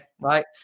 right